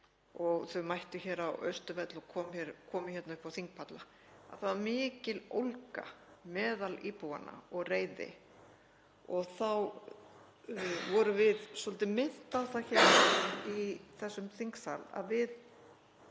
— þau mættu hér á Austurvöll og komu upp á þingpalla — að mikil ólga var meðal íbúanna og reiði. Þá vorum við svolítið minnt á það hér í þessum þingsal að við